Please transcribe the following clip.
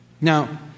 Now